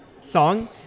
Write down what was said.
song